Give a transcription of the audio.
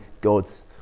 God's